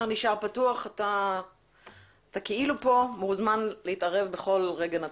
אתה כאילו פה, תומר - מוזמן להתערב בכל רגע נתון.